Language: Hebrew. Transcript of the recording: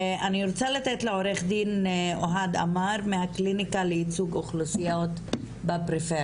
אני רוצה לתת לעו"ד אוהד אמר מהקליניקה לייצוג אוכלוסיות בפריפריה,